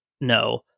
No